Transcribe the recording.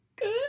good